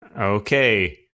Okay